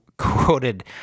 quoted